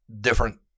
different